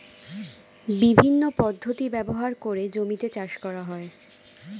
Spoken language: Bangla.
বিভিন্ন পদ্ধতি ব্যবহার করে জমিতে চাষ করা হয়